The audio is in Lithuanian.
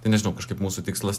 tai nežinau kažkaip mūsų tikslas